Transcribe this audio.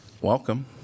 Welcome